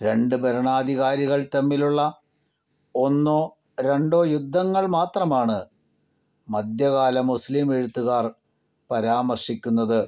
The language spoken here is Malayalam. രണ്ട് ഭരണാധികാരികൾ തമ്മിലുള്ള ഒന്നോ രണ്ടോ യുദ്ധങ്ങൾ മാത്രമാണ് മധ്യ കാല മുസ്ലീം എഴുത്തുകാർ പരാമർശിക്കുന്നത്